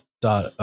dot